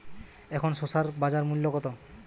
এখন শসার বাজার মূল্য কত?